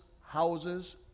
houses